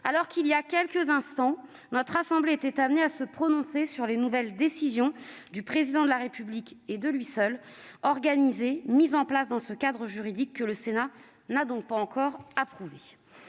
alors que, il y a quelques instants, notre assemblée était amenée à se prononcer sur les nouvelles décisions du Président de la République, et de lui seul, organisées, mises en place dans ce cadre juridique que le Sénat n'a donc pas encore approuvé.